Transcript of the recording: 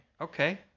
Okay